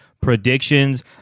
predictions